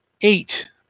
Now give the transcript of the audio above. eight